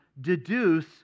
deduce